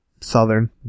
Southern